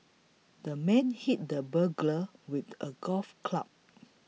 the man hit the burglar with a golf club